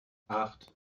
acht